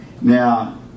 Now